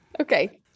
Okay